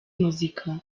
muzika